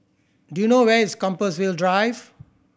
do you know where is Compassvale Drive